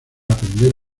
aprender